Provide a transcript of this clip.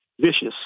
vicious